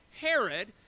Herod